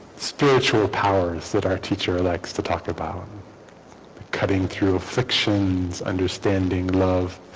spiritual powers that our teacher likes to talk about cutting through afflictions understanding love